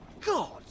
God